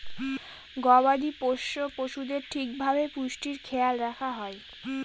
গবাদি পোষ্য পশুদের ঠিক ভাবে পুষ্টির খেয়াল রাখা হয়